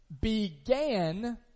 began